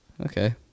Okay